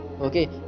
okay